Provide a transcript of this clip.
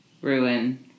ruin